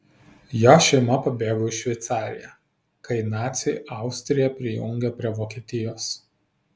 jo šeima pabėgo į šveicariją kai naciai austriją prijungė prie vokietijos